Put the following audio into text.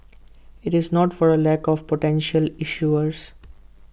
IT is not for A lack of potential issuers